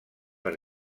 per